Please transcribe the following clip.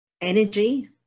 energy